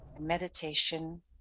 Meditation